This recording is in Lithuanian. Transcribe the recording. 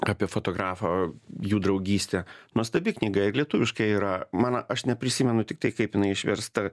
apie fotografą jų draugystę nuostabi knyga ir lietuviškai yra man aš neprisimenu tiktai kaip jinai išversta